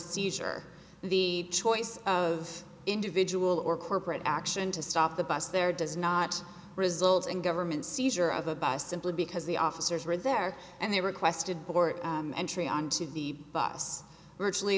seizure the choice of individual or corporate action to stop the bus there does not result in government seizure of a boston police because the officers were there and they requested board entry onto the bus virtually